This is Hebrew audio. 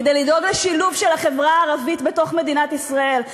כדי לדאוג לשילוב של החברה הערבית בתוך מדינת ישראל,